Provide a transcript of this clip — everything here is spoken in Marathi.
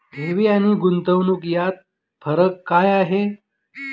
ठेवी आणि गुंतवणूक यात फरक काय आहे?